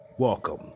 Welcome